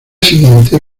siguiente